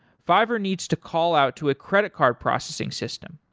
fiverr needs to call out to a credit card processing system.